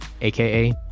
aka